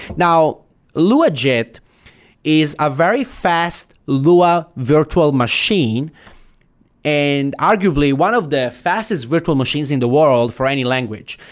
now luajit is a very fast lua virtual machine and arguably one of the fastest virtual machines in the world for any language.